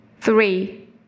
Three